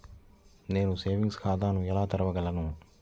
నేను సేవింగ్స్ ఖాతాను ఎలా తెరవగలను?